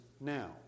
now